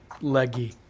leggy